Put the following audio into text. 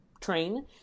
train